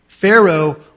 Pharaoh